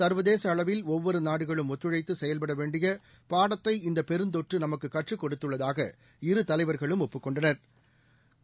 சா்வதேச அளவில் ஒவ்வொரு நாடுகளும் ஒத்துழைத்து செயல்பட வேண்டிய பாடத்தை இந்த பெருந்தொற்று நமக்கு கற்றுக் கொடுத்துள்ளதாக இரு தலைவா்களும் ஒப்புக் கொண்டனா்